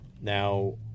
Now